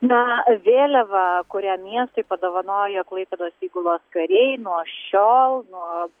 na vėliava kurią miestui padovanojo klaipėdos įgulos kariai nuo šiol nuo